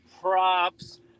props